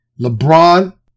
LeBron